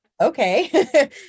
okay